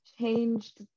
changed